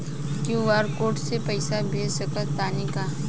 QR code से पईसा भेज सक तानी का?